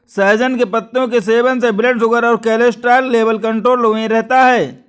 सहजन के पत्तों के सेवन से ब्लड शुगर और कोलेस्ट्रॉल लेवल कंट्रोल में रहता है